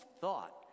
thought